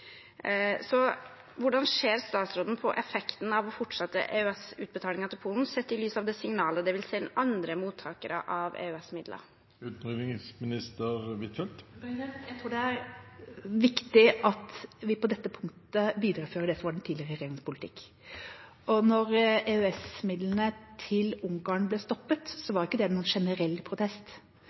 Hvordan ser statsråden på effekten av å fortsette EØS-utbetalinger til Polen, sett i lys av det signalet det vil sende andre mottakere av EØS-midler? Jeg tror det er viktig at vi på dette punktet viderefører det som var den tidligere regjeringas politikk. Da EØS-midlene til Ungarn ble stoppet, var ikke det noen generell protest.